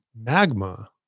Magma